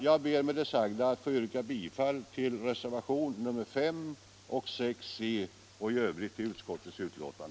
Med det sagda ber jag att få yrka bifall till reservationerna 5 och 6 samt i övrigt till utskottets hemställan.